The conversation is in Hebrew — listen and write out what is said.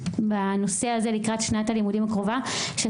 בנושא הזה לקראת שנת הלימודים הקרובה כדי